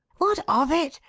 what of it?